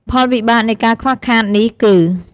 ផលវិបាកនៃការខ្វះខាតនេះគឺ៖